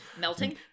Melting